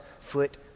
foot